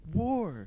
war